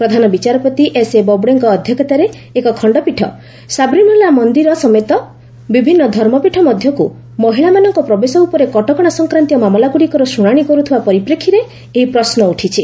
ପ୍ରଧାନ ବିଚାରପତି ଏସ୍ଏବୋବଡେଙ୍କ ଅଧ୍ୟକ୍ଷତାରେ ଏକ ଖଣ୍ଡପୀଠ ସାବରିମାଳା ମନ୍ଦିର ସମେତ ବିଭିନ୍ନ ଧର୍ମପୀଠ ମଧ୍ୟକୁ ମହିଳାମାନଙ୍କ ପ୍ରବେଶ ଉପରେ କଟକଶା ସଂକ୍ରାନ୍ତୀୟ ମାମଲା ଗ୍ରଡ଼ିକର ଶ୍ରଣାଣି କର୍ତ୍ତିବା ପରିପ୍ରେକ୍ଷୀରେ ଏହି ପ୍ରଶ୍ମ ଉଠିଛି